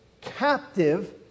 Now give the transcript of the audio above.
captive